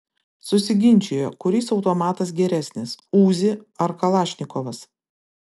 susiginčijo kuris automatas geresnis uzi ar kalašnikovas